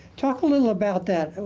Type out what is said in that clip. talk a little about that,